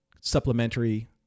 supplementary